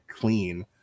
clean